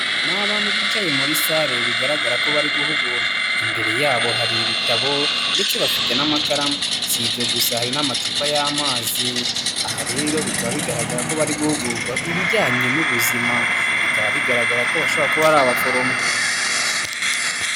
Ni abantu bicaye muri sale bigaragara ko bari guhugurwa, imbere yabo hari ibitabo ndetse bafite n'amakaramu, si ibyo gusa hari n'amacupa y'amazi, aha rero bikaba bigaragara ko bari guhugurwa ibijyanye n'ubuzima, bikaba bigaragara ko bashobora kuba ari abaforomo.